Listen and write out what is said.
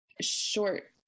short